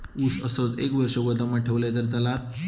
ऊस असोच एक वर्ष गोदामात ठेवलंय तर चालात?